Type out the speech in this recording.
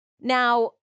Now